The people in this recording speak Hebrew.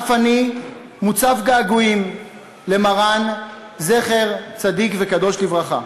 אף אני מוצף געגועים למרן, זכר צדיק וקדוש לברכה.